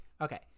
okay